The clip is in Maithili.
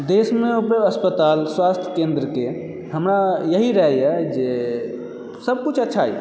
देशमे अस्पताल स्वास्थ्य केंद्रके हमरा यही रहैए जे सभ किछु अच्छा यऽ